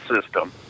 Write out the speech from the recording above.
system